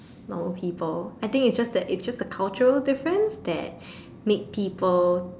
no people I think it's just it's just culture difference that make people